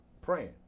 Praying